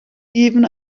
even